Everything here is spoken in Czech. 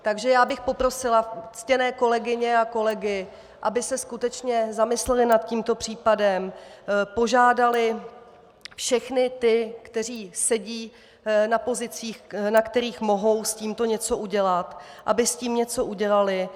Takže bych poprosila ctěné kolegyně a kolegy, aby se skutečně zamysleli nad tímto případem, požádali všechny ty, kteří sedí na pozicích, na kterých mohou s tímto něco udělat, aby s tím něco udělali.